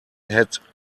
had